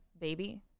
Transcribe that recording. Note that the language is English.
baby